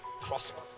prosper